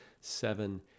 seven